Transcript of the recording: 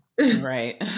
Right